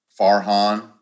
Farhan